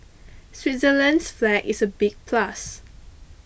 Switzerland's flag is a big plus